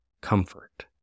comfort